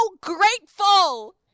grateful